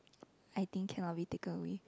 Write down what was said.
I think cannot be taken away